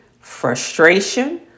Frustration